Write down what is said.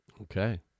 Okay